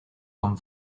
con